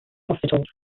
hospitals